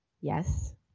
Yes